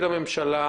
במסתרים.